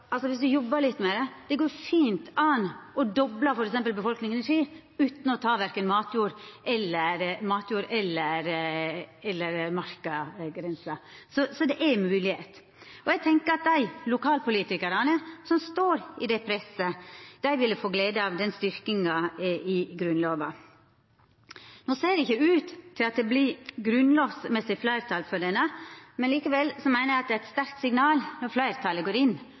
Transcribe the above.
jobbar litt med det, går det fint an å dobla f.eks. befolkningtalet i Ski utan å ta av verken matjord eller markagrensa. Så det er ei moglegheit. Eg tenkjer at dei lokalpolitikarane som står i dette presset, ville få glede av denne styrkinga av Grunnlova. No ser det ikkje ut til at det vert grunnlovsmessig fleirtal for denne, men likevel meiner eg at det er eit sterkt signal når fleirtalet går inn